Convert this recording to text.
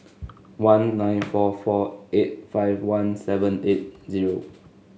one nine four four eight five one seven eight zero